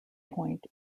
point